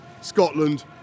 Scotland